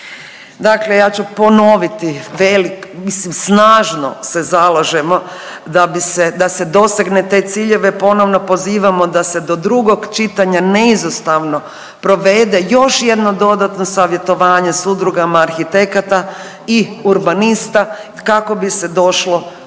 Dakle ja ću ponoviti velik, mislim snažno se zalažemo da bi se. Da se dosegne te ciljeve ponovno pozivamo da se do drugog čitanja neizostavno provede još jedno dodatno savjetovanje s udrugama arhitekata i urbanista kako bi se došlo do